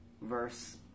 verse